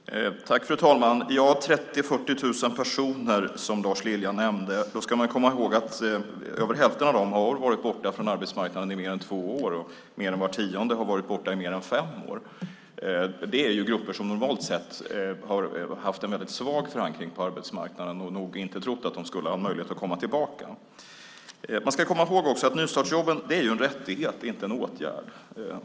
Fru talman! När det gäller minskningen av utanförskapet med 30 000-40 000 personer, som Lars Lilja nämnde, ska man komma ihåg att över hälften av dem har varit borta från arbetsmarknaden i mer än två år, och mer än var tionde har varit borta i mer än fem år. Det är grupper som normalt sett har haft en väldigt svag förankring på arbetsmarknaden och nog inte trott att de skulle ha möjlighet att komma tillbaka. Vi ska också komma ihåg att nystartsjobben är en rättighet, inte en åtgärd.